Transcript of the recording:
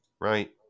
right